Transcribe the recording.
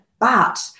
But-